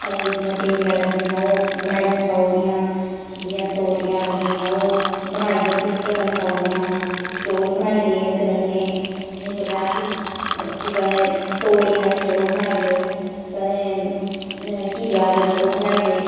घरै दियां जि'यां भिंडियां लग्गियां ओह् बनाइयै खाई ओड़ी आं जि'यां तोरियां लग्गी दियां ओह् बनाइयै फुल्के कन्नै खाई ओड़ी आं चौल बनाई ले उंदे कन्नै इं'या दपैहर दी रुट्टी कदें तोरियां ते चौल बनाई लै कदें घीआ ते चौल बनाई लै